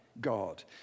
God